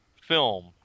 film